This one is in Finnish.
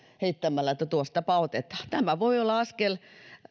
heittämällä että tuostapa otetaan tämä voi olla askel